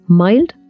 mild